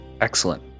excellent